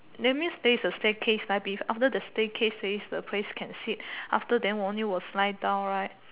that means there is the staircase lah after the staircase then is the place can sit after then only will slide down right